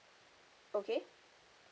okay